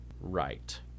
Right